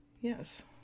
Yes